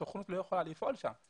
הסוכנות לא יכולה לפעול שם.